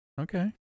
Okay